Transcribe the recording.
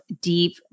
deep